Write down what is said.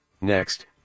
Next